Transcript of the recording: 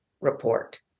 report